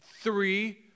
three